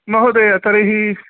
महोदय तर्हि